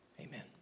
amen